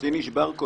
השיא נשבר קודם.